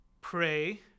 pray